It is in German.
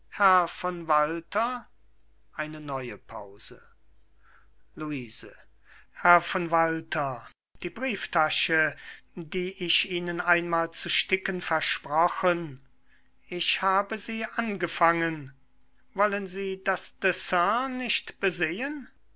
herr von walter eine neue pause luise herr von walter die brieftasche die ich ihnen einmal zu sticken versprochen ich habe sie angefangen wollen sie das dessin nicht besehen